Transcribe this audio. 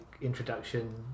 introduction